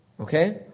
Okay